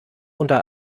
unter